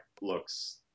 looks